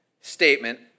statement